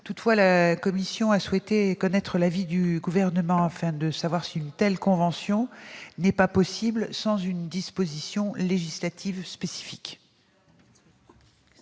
Toutefois, la commission souhaite connaître l'avis du Gouvernement afin de savoir si une telle convention n'est pas possible sans une disposition législative spécifique.